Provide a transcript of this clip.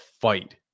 fight